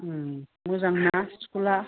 मोजांना स्कुला